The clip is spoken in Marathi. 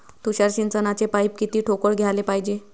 तुषार सिंचनाचे पाइप किती ठोकळ घ्याले पायजे?